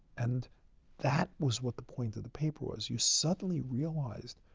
and that was what the point of the paper was. you suddenly realize,